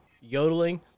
yodeling